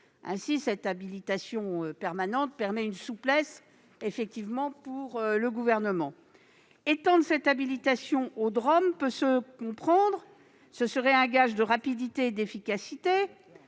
cette habilitation permanente permet une souplesse. Étendre cette habilitation aux DROM peut se comprendre : ce serait un gage de rapidité et d'efficacité.